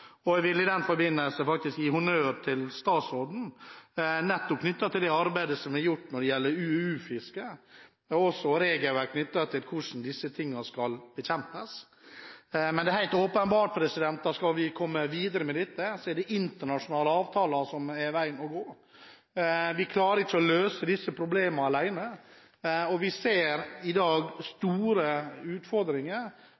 I den forbindelse vil jeg faktisk gi honnør til statsråden, nettopp knyttet til det arbeidet som er gjort når det gjelder UUU-fiske, men også til regelverket for hvordan disse tingene skal bekjempes. Men det er helt åpenbart at skal vi komme videre med dette, er det internasjonale avtaler som er veien å gå. Vi klarer ikke å løse disse problemene alene, og vi ser i dag